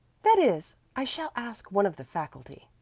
that is, i shall ask one of the faculty.